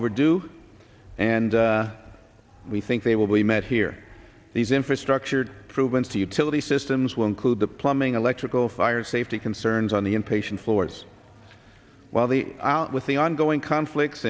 overdue and we think they will be met here these infrastructure proven to utility systems will include the plumbing electrical fire safety concerns on the in patient floors while the with the ongoing conflicts